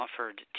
offered